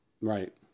Right